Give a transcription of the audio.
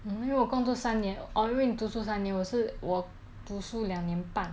因为我工作三年 orh 因为你读书三年我是我读书两年半